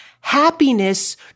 happiness